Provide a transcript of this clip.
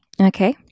Okay